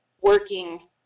working